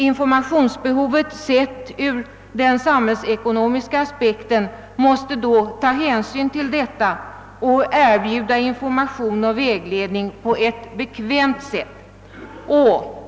Informationsbehovet sett ur den samhällsekonomiska aspekten måste ta hänsyn härtill och erbjuda information och vägledning på ett bekvämt sätt.